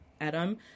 Adam